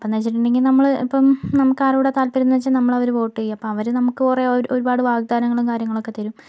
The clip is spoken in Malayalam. അപ്പൊന്ന് വെച്ചിട്ടുണ്ടങ്കില് നമ്മള് ഇപ്പം നമുക്ക് ആരോടാ താൽപര്യം എന്ന് വെച്ച് നമ്മൾ അവർക്ക് വോട്ടു ചെയ്യും അവരെ നമുക്ക് ഒരുപാട് വാഗ്ദാനങ്ങളും കാര്യങ്ങളൊക്കെ തരും